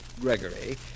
Gregory